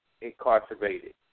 incarcerated